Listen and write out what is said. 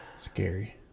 Scary